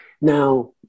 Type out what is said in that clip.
Now